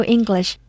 English